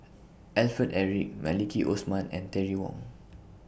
Alfred Eric Maliki Osman and Terry Wong